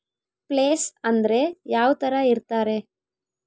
Place ಅಂದ್ರೆ ಯಾವ್ತರ ಇರ್ತಾರೆ?